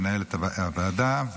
מנהלת הוועדה,